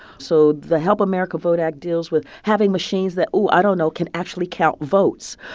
so the help america vote act deals with having machines that, ooh, i don't know, can actually count votes,